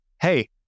Hey